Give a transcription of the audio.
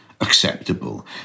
acceptable